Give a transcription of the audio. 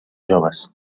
joves